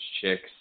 chicks